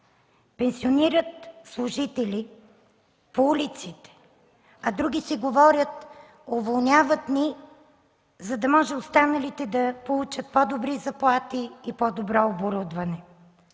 Пенсионират служители по улиците, а други си говорят: „Уволняват ни, за да може останалите да получат по-добри заплати и по-добро оборудване.”